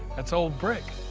that's old brick.